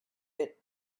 bit